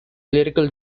lyrical